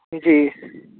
جی